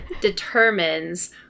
determines